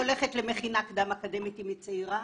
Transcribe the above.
הולכת למכינה קדם אקדמית אם היא צעירה.